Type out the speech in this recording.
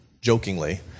jokingly